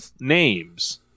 names